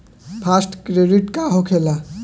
Fast credit का होखेला?